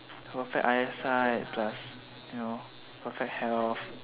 perfect eyesight plus you know perfect health